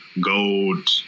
gold